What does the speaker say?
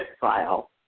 file